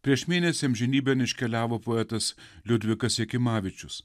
prieš mėnesį amžinybėn iškeliavo poetas liudvikas jakimavičius